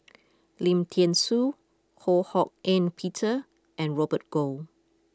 Lim Thean Soo Ho Hak Ean Peter and Robert Goh